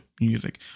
music